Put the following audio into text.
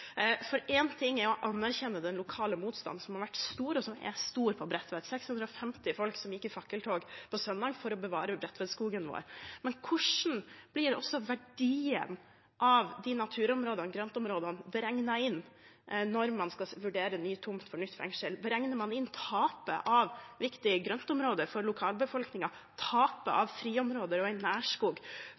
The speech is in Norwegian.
for én ting er å anerkjenne den lokale motstanden, som har vært stor, og som er stor på Bredtvet – 650 folk gikk i fakkeltog på søndag for å bevare Bredtvetskogen vår – men hvordan blir verdien av de naturområdene, grøntområdene, beregnet inn når man skal vurdere ny tomt for nytt fengsel? Beregner man inn tapet av viktige grøntområder for lokalbefolkningen, tapet av friområder og